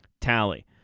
tally